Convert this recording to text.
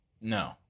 No